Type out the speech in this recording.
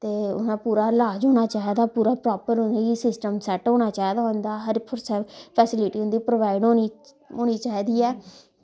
ते उं'दा पूरा लाज़ होना चाहिदा पूरा प्रापर उनेंगी सिस्टम सैट्ट होना चाहिदा उं'दा हर फैसलिटी उं'दी प्रोवाईड होनी चाही दी ऐ